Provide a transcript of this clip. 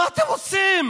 מה אתם עושים?